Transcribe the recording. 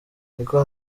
niko